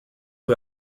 who